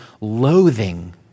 loathing